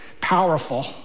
powerful